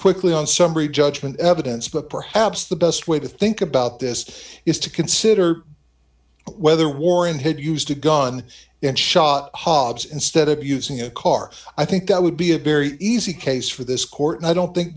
quickly on summary judgment evidence but perhaps the best way to think about this is to consider whether warren had used a gun and shot hobbs instead of using a car i think that would be a very easy case for this court and i don't think